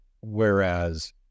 Whereas